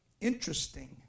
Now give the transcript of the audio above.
interesting